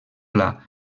pla